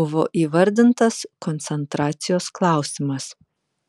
buvo įvardintas koncentracijos klausimas